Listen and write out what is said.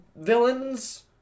villains